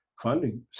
funding